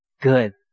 good